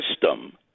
system